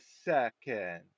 second